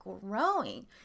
growing